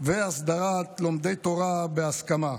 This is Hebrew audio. הסדרת לומדי תורה בהסכמה,